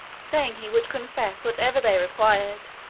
saying he would confess whatever they required,